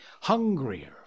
hungrier